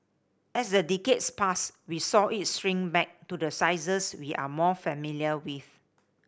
as the decades passed we saw it shrink back to the sizes we are more familiar with